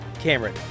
Cameron